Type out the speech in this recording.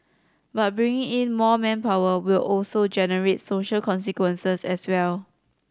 but bringing in more manpower will also generate social consequences as well